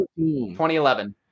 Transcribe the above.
2011